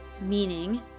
meaning